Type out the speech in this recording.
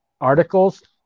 articles